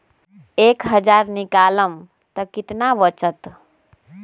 एक हज़ार निकालम त कितना वचत?